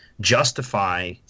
justify